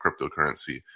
cryptocurrency